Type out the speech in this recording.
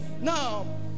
Now